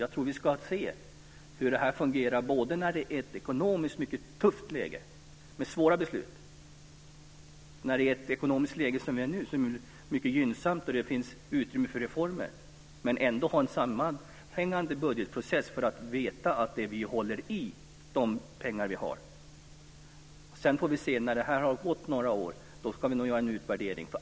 Jag tror att vi ska se hur det fungerar både i ett ekonomiskt mycket tufft läge med svåra beslut och i ett ekonomiskt läge som nu där det finns utrymme för reformer. Vi bör ändå ha en sammanhängande budgetprocess för att veta att vi håller i de pengar vi har. Vi får se när det har gått några år. Då ska vi nog göra en utvärdering.